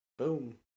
Boom